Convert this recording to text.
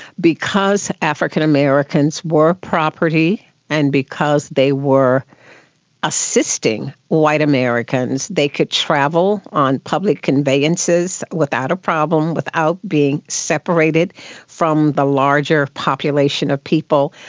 because african americans were property and because they were assisting white americans, they could travel on public conveyances without a problem, without being separated from the larger population of people.